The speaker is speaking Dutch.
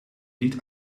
niet